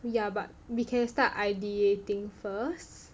yeah but because we can start ideating first